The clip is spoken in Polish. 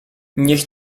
niech